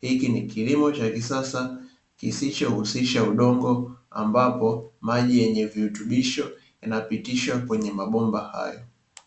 Hiki ni kilimo cha kisasa kisichohusisha udongo, ambapo maji yenye virutubisho yanapitishwa kwenye mabomba hayo.